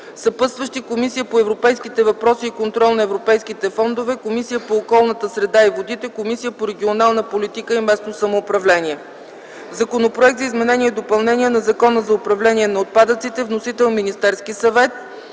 съпътстващи са Комисията по европейските въпроси и контрол на европейските фондове, Комисията по околната среда и водите и Комисията по регионална политика и местно самоуправление. Законопроект за изменение и допълнение на Закона за управление на отпадъците – вносител е Министерският съвет.